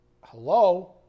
Hello